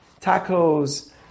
tacos